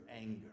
anger